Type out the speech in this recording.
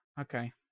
okay